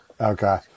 Okay